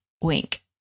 wink